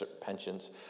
pensions